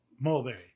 mulberry